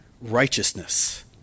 righteousness